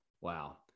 Wow